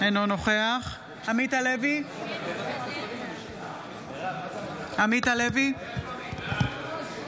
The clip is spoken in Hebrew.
אינו נוכח עמית הלוי, בעד שרן מרים השכל,